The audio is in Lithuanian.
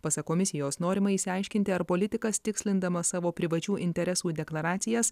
pasak komisijos norima išsiaiškinti ar politikas tikslindamas savo privačių interesų deklaracijas